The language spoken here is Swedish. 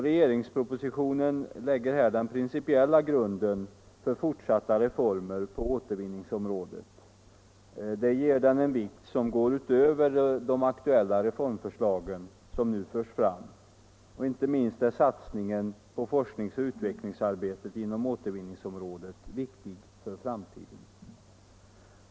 Regeringspropositionen lägger den principiella grunden för fortsatta reformer på återvinningsområdet. Det ger den en vikt utöver de reformförslag som nu förs fram. Inte minst är satsningen på forskningsoch utvecklingsarbetet inom återvinningsområdet viktig för framtiden.